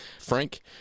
Frank